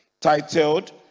titled